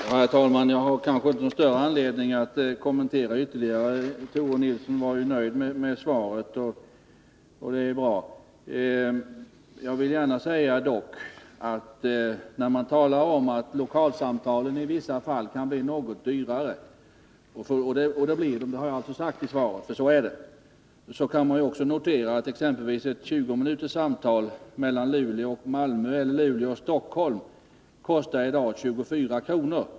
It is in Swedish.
Herr talman! Jag har kanske inte någon större anledning att göra ytterligare kommentarer. Tore Nilsson var ju nöjd med svaret, och det är bra. Jag vill dock gärna nämna att när man säger att lokalsamtalen i vissa fall kan bli något dyrare — och det blir de, det har jag sagt i svaret — kan man också notera att exempelvis ett 20-minuterssamtal mellan Luleå och Malmö eller Luleå och Stockholm i dag kostar 24 kr.